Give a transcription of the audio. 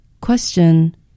Question